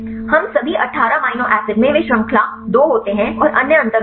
तो सभी 18 amino acid में वे श्रृंखला दो होते हैं और अन्य अंतर होते हैं